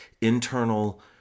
internal